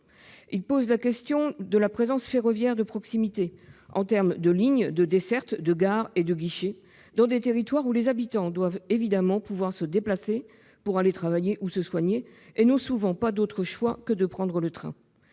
Ils posent la question de la présence ferroviaire de proximité en termes de lignes, de dessertes, de gares et de guichets dans des territoires où les habitants doivent évidemment pouvoir se déplacer pour aller travailler ou se soigner, et n'ont souvent pas d'autre choix que de prendre le train.